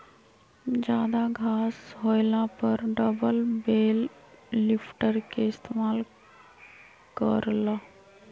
जादा घास होएला पर डबल बेल लिफ्टर के इस्तेमाल कर ल